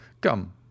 Come